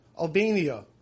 Albania